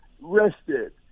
rested